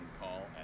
call